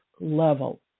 level